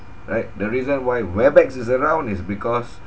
right the reason why webex is around is because